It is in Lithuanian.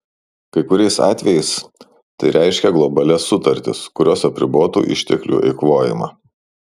kai kuriais atvejais tai reiškia globalias sutartis kurios apribotų išteklių eikvojimą